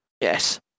yes